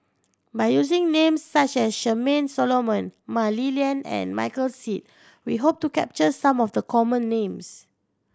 by using names such as Charmaine Solomon Mah Li Lian and Michael Seet we hope to capture some of the common names